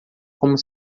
como